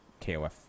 KOF